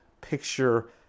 picture